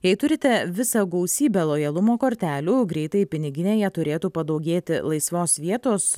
jei turite visą gausybę lojalumo kortelių greitai piniginėje turėtų padaugėti laisvos vietos